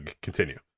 continue